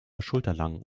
schulterlang